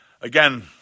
Again